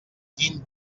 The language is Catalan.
quin